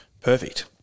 perfect